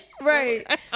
Right